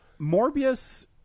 Morbius